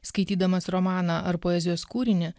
skaitydamas romaną ar poezijos kūrinį